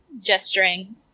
Gesturing